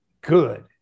good